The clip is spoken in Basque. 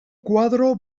koadro